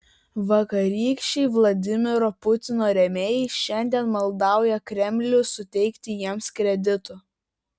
vakarykščiai vladimiro putino rėmėjai šiandien maldauja kremlių suteikti jiems kreditų